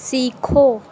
सीखो